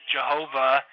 Jehovah